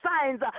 signs